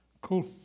Cool